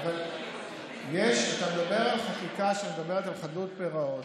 אבל אתה מדבר על חקיקה שמדברת על חדלות פירעון,